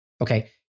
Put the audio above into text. Okay